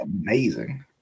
amazing